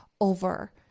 over